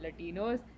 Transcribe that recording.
Latinos